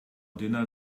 dinner